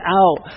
out